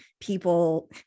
people